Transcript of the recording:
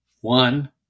One